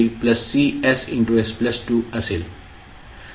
तर हे आपल्याला गुणाकारातून मिळाले